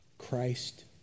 Christ